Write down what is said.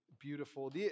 beautiful